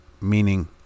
meaning